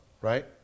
right